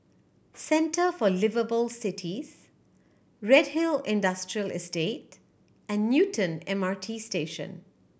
Centre for Liveable Cities Redhill Industrial Estate and Newton M R T Station